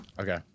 Okay